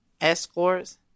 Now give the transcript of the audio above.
escorts